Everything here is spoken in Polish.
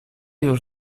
już